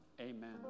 amen